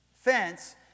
Fence